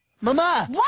Mama